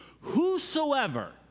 whosoever